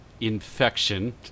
infection